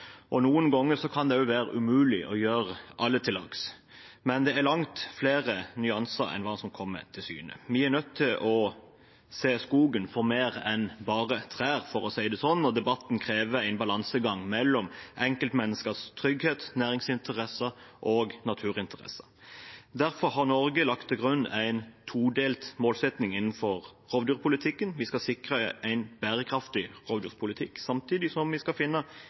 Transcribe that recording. og imot. Noen ganger kan det også være umulig å gjøre alle til lags. Men det er langt flere nyanser enn dem som kommer til syne. Vi er nødt til å se skogen for mer enn bare trær, for å si det slik, og debatten krever en balansegang mellom enkeltmenneskers trygghet, næringsinteresser og naturinteresser. Derfor har Norge lagt til grunn en todelt målsetting innenfor rovdyrpolitikken: Vi skal sikre en bærekraftig rovdyrpolitikk samtidig som vi skal finne